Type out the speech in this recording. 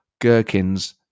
gherkins